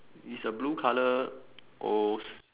it's a blue colour O's